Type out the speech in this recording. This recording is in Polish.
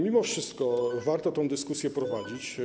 Mimo wszystko warto tę dyskusję prowadzić.